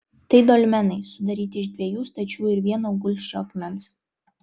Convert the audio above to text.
tai dolmenai sudaryti iš dviejų stačių ir vieno gulsčio akmens